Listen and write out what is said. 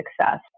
success